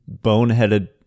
boneheaded